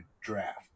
draft